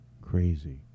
Crazy